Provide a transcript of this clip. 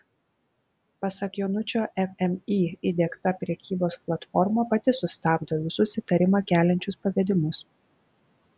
pasak jonučio fmį įdiegta prekybos platforma pati sustabdo visus įtarimą keliančius pavedimus